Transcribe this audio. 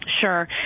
Sure